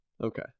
okay